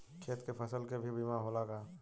खेत के फसल के भी बीमा होला का?